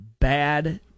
bad